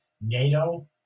NATO